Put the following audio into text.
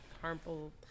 harmful